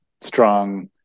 strong